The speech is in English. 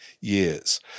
years